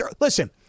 Listen